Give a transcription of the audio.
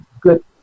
good